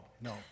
no